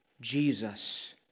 Jesus